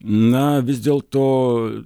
na vis dėl to